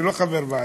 אני לא חבר הוועדה.